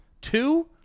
two